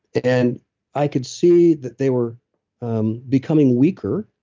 and i could see that they were um becoming weaker.